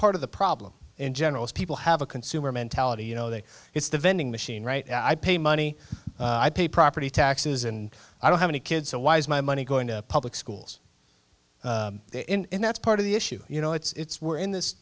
part of the problem in general is people have a consumer mentality you know they it's the vending machine right i pay money i pay property taxes and i don't have any kids so why is my money going to public schools in that's part of the issue you know it's we're in this